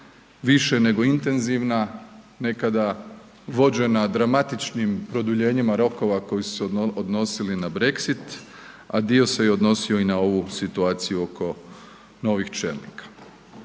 više nego intenzivna, nekada vođena dramatičnim produljenjima rokova koji su se odnosili na Brexit, a dio se odnosio i na ovu situaciju oko novih čelnika.